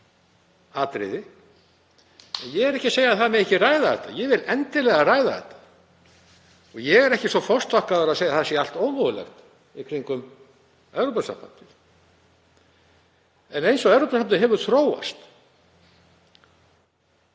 risaatriði. Ég er ekki að segja að það megi ekki ræða þetta. Ég vil endilega ræða þetta. Ég er ekki svo forstokkaður að segja að það sé allt ómögulegt í kringum Evrópusambandið. En eins og Evrópusambandið hefur þróast